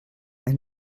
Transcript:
and